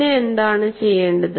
പിന്നെ എന്താണ് ചെയ്യേണ്ടത്